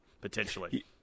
potentially